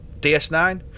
DS9